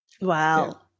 Wow